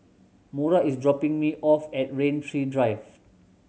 Mora is dropping me off at Rain Tree Drive